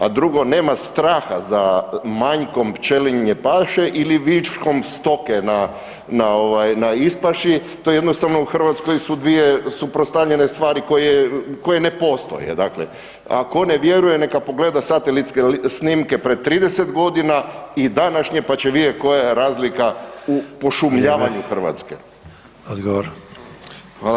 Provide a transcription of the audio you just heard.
A drugo, nema straha za manjkom pčelinje paše ili viškom stoke na ispaši, to jednostavnoj u Hrvatskoj su dvije suprotstavljene stvari koje ne postoje, dakle. a ko ne vjeruje, neka pogleda satelitske snimke pred 30 g. i današnje, pa će vidjet koja je razlika u pošumljavanju Hrvatske.